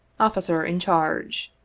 officer in charge